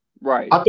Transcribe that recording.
Right